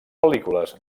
pel·lícules